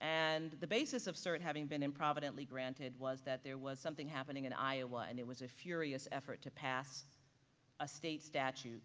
and the basis of cert having been improvidently granted was that there was something happening in iowa and it was a furious effort to pass a state statute